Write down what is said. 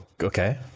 Okay